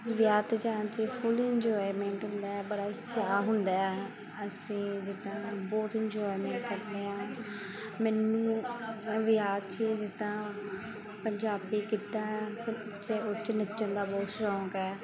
ਵਿਆਹ 'ਤੇ ਜਾਣ 'ਤੇ ਫੁੱਲ ਇੰਜੋਇਮੈਂਟ ਹੁੰਦਾ ਹੈ ਬੜਾ ਉਤਸ਼ਾਹ ਹੁੰਦਾ ਹੈ ਅਸੀਂ ਜਿੱਦਾਂ ਬਹੁਤ ਇੰਜੋਇਮੈਂਟ ਕਰਦੇ ਹਾਂ ਮੈਨੂੰ ਵਿਆਹ 'ਚ ਜਿੱਦਾਂ ਪੰਜਾਬੀ ਗਿੱਧਾ ਉਹ 'ਚ ਉਹ 'ਚ ਨੱਚਣ ਦਾ ਬਹੁਤ ਸ਼ੌਕ ਹੈ